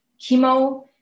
chemo